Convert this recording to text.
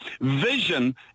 vision